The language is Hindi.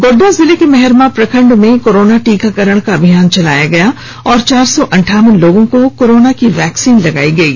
गोड्डा जिले के मेहरमा प्रखंड में कोरोना टीकाकरण का अभियान चलाया गया और चार सौ अनठावन लोगों को कोरोना वैक्सीन लगायी गयी